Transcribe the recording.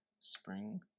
spring